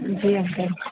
जी uncle